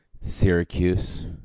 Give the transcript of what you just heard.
Syracuse